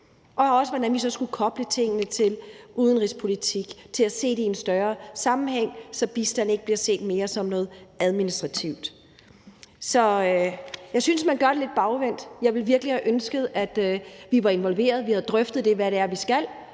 også, hvordan vi skal koble tingene til udenrigspolitik og se det hele i en større sammenhæng, så bistand ikke bliver set mere som noget administrativt. Så jeg synes, man gør det lidt bagvendt. Jeg ville virkelig ønske, at vi var blevet involveret, at vi havde drøftet, hvad det er, vi skal,